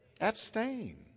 abstain